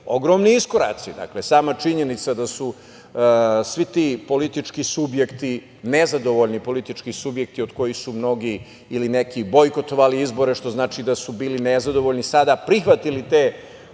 ogromni iskoraci. Dakle, sama činjenica da su svi ti politički subjekti, nezadovoljni politički subjekti od kojih su mnogi ili neki bojkotovali izbore, što znači da su bili nezadovoljni, sada prihvatili taj